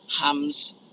Ham's